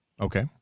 Okay